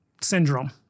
syndrome